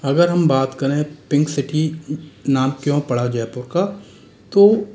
अगर हम बात करें पिंक सिटी नाम क्यों पड़ा जयपुर का तो